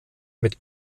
mit